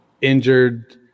injured